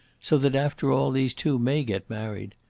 so that after all these two may get married.